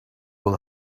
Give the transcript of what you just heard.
will